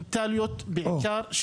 מנטליות בעיקר,